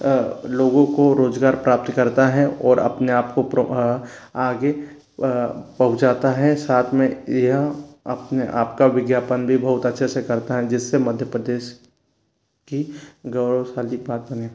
लोगों को रोजगार प्राप्त करता है और अपने आपको आगे पहुँचाता है साथ में यह अपने आपका विज्ञापन भी बहुत अच्छे से करता है जिससे मध्य प्रदेश की गौरवशाली पात्र बने